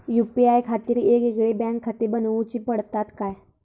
UPI खातीर येगयेगळे बँकखाते बनऊची पडतात काय?